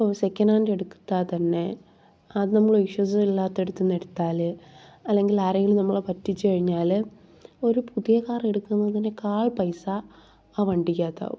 ഇപ്പോൾ സെക്കനാൻഡ് എടുത്താൽ തന്നെ അത് നമ്മൾ ഇഷ്യുസൊന്നും ഇല്ലാത്തിടത്ത് നിന്നെടുത്താൽ അല്ലെങ്കിൽ ആരെങ്കിലും നമ്മളെ പറ്റിച്ച് കഴിഞ്ഞാൽ ഒരു പുതിയ കാറെടുക്കുന്നതിനേക്കാൾ പൈസ ആ വണ്ടിക്കാത്താകും